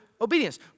obedience